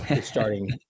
starting